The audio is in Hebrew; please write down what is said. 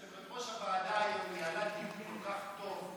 יושבת-ראש הוועדה היום ניהלה דיון כל כך טוב.